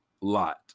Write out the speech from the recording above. lot